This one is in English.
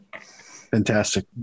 fantastic